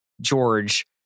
George